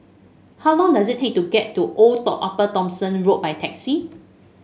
how long does it take to get to Old Upper Thomson Road by taxi